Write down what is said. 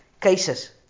cases